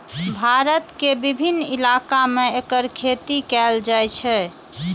भारत के विभिन्न इलाका मे एकर खेती कैल जाइ छै